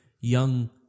young